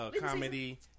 Comedy